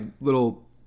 little